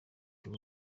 theo